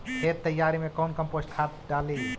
खेत तैयारी मे कौन कम्पोस्ट खाद डाली?